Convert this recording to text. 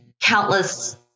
countless